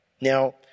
Now